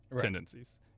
tendencies